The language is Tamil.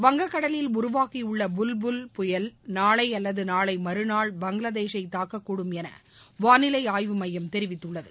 வங்ககடலில் உருவாகியுள்ள புல்புல் புயல் நாளைஅல்லதுநாளைமறுநாள் பங்களாதேஷில் தாக்கக்கூடும் எனவானிலைஆய்வு மையம் தெரிவித்துள்ளது